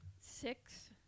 Six